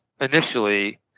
initially